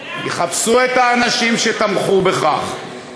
יחפשו את האנשים שתמכו בכך.